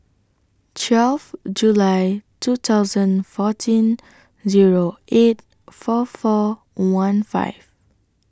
twelfth July two thousand fourteen Zero eight four four one five